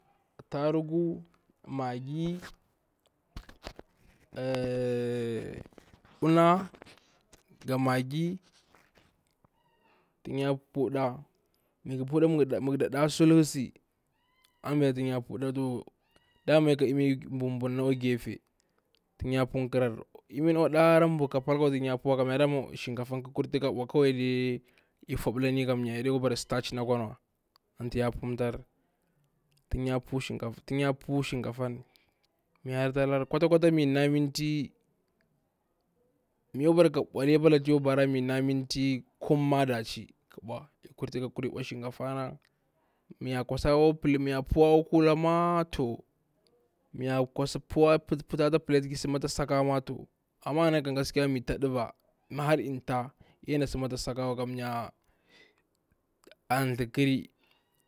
Attarugu, maggi, una, ga maggi tan ya pu ɗa ma ga pu ɗa ma da ɗa sulhasi, ambila tan ya pu ɗa dama yaka imi bur bur na akwa gefe, tan ya panƙarari, imi bwa ka pal tan ya panƙarari, kamyar dama shankafa ni ƙa kurta ka ɓe, i fuɓalani kamyar ya ɗe kwa bara starch na kuwa anta ya pumtari, tan ya pu shankafani, mi hartalari kwata kwata mi na minti kum ma dachi, shankafana miya kwa sari ko kuma miya puwa kwa ku lama to, miya kwasa puta ata pala mato, amma a na kam mi ta ɗivi, ma har inta ya ɗe na sa ma ata sakawa, kamya atha ƙari.